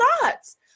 thoughts